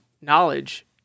knowledge